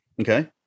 Okay